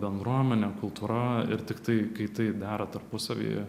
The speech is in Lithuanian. bendruomenė kultūra ir tiktai kai tai dera tarpusavyje